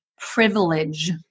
privilege